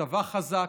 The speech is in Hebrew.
צבא חזק,